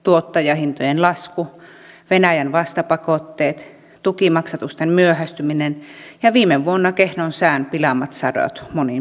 tuottajahintojen lasku venäjän vastapakotteet tukimaksatusten myöhästyminen ja viime vuonna kehnon sään pilaamat sadot monin paikoin